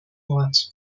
wort